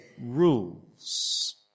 rules